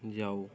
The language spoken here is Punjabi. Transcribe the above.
ਜਾਓ